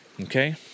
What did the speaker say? Okay